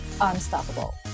unstoppable